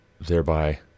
thereby